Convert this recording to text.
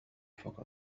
فقط